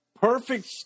perfect